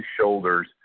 shoulders